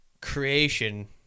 creation